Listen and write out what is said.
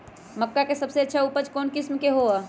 मक्का के सबसे अच्छा उपज कौन किस्म के होअ ह?